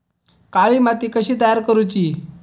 काळी माती कशी तयार करूची?